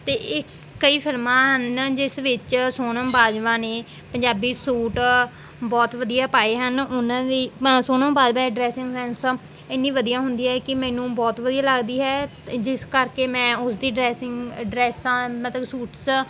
ਅਤੇ ਕਈ ਫਿਲਮਾਂ ਹਨ ਜਿਸ ਵਿੱਚ ਸੋਨਮ ਬਾਜਵਾ ਨੇ ਪੰਜਾਬੀ ਸੂਟ ਬਹੁਤ ਵਧੀਆ ਪਾਏ ਹਨ ਉਹਨਾਂ ਦੀ ਸੋਨਮ ਬਾਜਵਾ ਦੀ ਡਰੈਸਿੰਗ ਸੈਂਸ ਇੰਨੀ ਵਧੀਆ ਹੁੰਦੀ ਹੈ ਕਿ ਮੈਨੂੰ ਬਹੁਤ ਵਧੀਆ ਲੱਗਦੀ ਹੈ ਜਿਸ ਕਰਕੇ ਮੈਂ ਉਸਦੀ ਡਰੈਸਿੰਗ ਡਰੈਸਾਂ ਮਤਲਬ ਸੂਟਸ